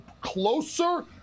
closer